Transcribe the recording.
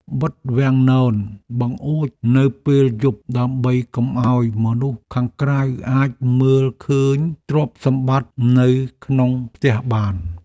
បិទវាំងននបង្អួចនៅពេលយប់ដើម្បីកុំឱ្យមនុស្សខាងក្រៅអាចមើលឃើញទ្រព្យសម្បត្តិនៅក្នុងផ្ទះបាន។